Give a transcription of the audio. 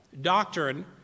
doctrine